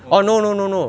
orh